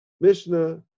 Mishnah